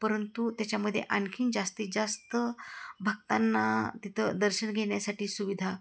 परंतु त्याच्यामध्ये आणखी जास्तीत जास्त भक्तांना तिथं दर्शन घेण्यासाठी सुविधा